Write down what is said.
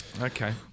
Okay